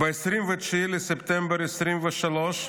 ב-29 בספטמבר 2023,